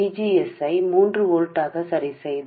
మేము VGS ను 3 వోల్ట్లకు పరిష్కరించాము